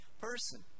person